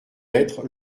être